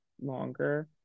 longer